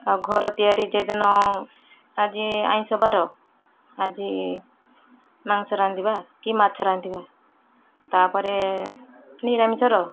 ଆଉ ଘର ତିଆରି ଯେ ଦିନ ଆଜି ଆଇଁଷ ବାର ଆଜି ମାଂସ ରାନ୍ଧିବା କି ମାଛ ରାନ୍ଧିବା ତାପରେ ନିରାମିଷର